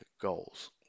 goals